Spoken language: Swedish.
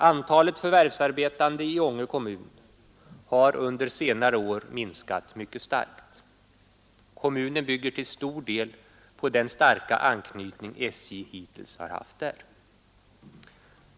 Antalet förvärvsarbetande i Ånge kommun har under senare år minskat mycket starkt. Kommunen bygger till stor del på den starka anknytning SJ hittills haft där.